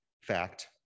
fact